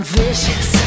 vicious